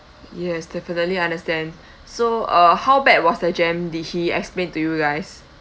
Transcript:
yes definitely understand so uh how bad was the jam did he explain to you guys